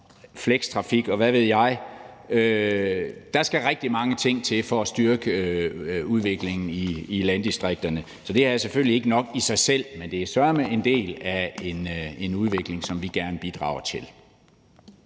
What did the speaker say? og hvad ved jeg. Der skal rigtig mange ting til for at styrke udviklingen i landdistrikterne. Så det her er selvfølgelig ikke nok i sig selv, men det er søreme en del af en udvikling, som vi gerne bidrager til.